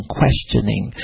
questioning